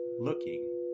looking